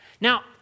Now